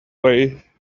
way